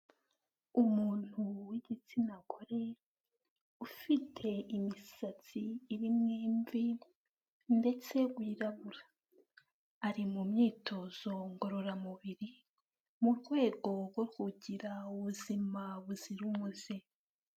Umuntu w'igitsina gore, ufite imisatsi irimo imvi, ndetse wirabura. Ari mu myitozo ngororamubiri, mu rwego rwo kugira ubuzima, buzira umuze.